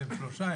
אתם שלושה.